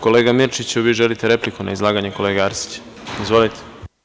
Kolega Mirčiću, vi želite repliku na izlaganje kolege Arsića. (Milorad Mirčić: Da.) Izvolite.